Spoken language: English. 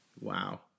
Wow